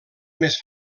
més